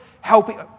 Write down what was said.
helping